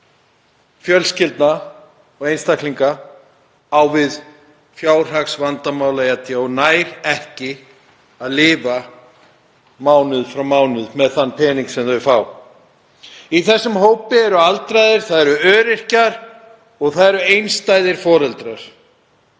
fjölskyldna og einstaklinga á við fjárhagsvanda að etja og nær ekki að lifa frá mánuði til mánaðar með þann pening sem þau fá. Í þessum hópi eru aldraðir, það eru öryrkjar og það eru einstæðir foreldrar.